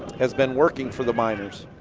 has been working for the miners.